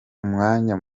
umwanya